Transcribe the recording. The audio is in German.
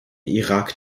irak